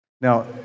Now